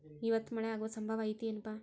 ಇವತ್ತ ಮಳೆ ಆಗು ಸಂಭವ ಐತಿ ಏನಪಾ?